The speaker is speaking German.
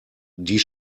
die